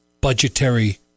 budgetary